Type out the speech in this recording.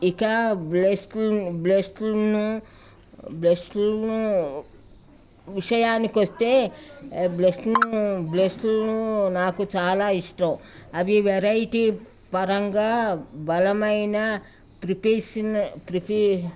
ఇక బ్రష్ బ్రష్లను బ్రష్ల విషయానికొస్తే బ్రష్ బ్రష్లను నాకు చాలా ఇష్టం అవి వెరైటీ పరంగా బలమైన ప్రిపషిన ప్రిపీ